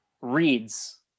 Reads